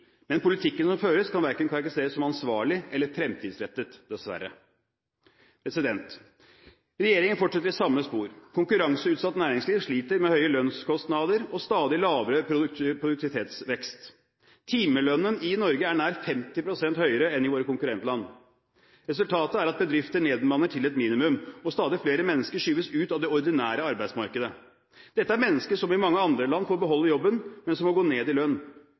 men politikken som føres, kan verken karakteriseres som ansvarlig eller fremtidsrettet, dessverre. Regjeringen fortsetter i samme spor. Konkurranseutsatt næringsliv sliter med høye lønnskostnader og stadig lavere produktivitetsvekst. Timelønnen i Norge er nær 50 pst. høyere enn i våre konkurrentland. Resultatet er at bedrifter nedbemanner til et minimum, og stadig flere mennesker skyves ut av det ordinære arbeidsmarkedet. Dette er mennesker som i mange andre land får beholde jobben, men som må gå ned i lønn.